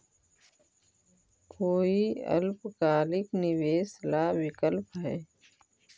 कोई अल्पकालिक निवेश ला विकल्प हई?